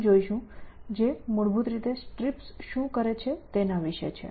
0 જોશું જે મૂળભૂત રીતે STRIPS શું કરે છે તેના વિષે છે